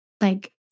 like-